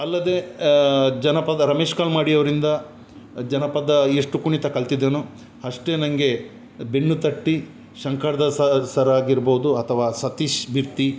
ಅಲ್ಲದೆ ಜನಪದ ರಮೇಶ್ ಕಲ್ಮಾಡಿ ಅವರಿಂದ ಜನಪದ ಎಷ್ಟು ಕುಣಿತ ಕಲ್ತಿದ್ದೇನೊ ಅಷ್ಟೆ ನನ್ಗೆ ಬೆನ್ನು ತಟ್ಟಿ ಶಂಕರ್ ದಾಸ ಸರ್ ಆಗಿರ್ಬೋದು ಅಥವಾ ಸತೀಶ್ ಬಿತ್ತಿ